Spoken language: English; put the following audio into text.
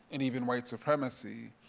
and even white supremacy?